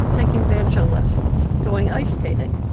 taking banjo lessons, going iceskating,